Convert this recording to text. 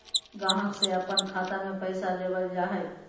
ग्राहक से अपन खाता में पैसा लेबल जा हइ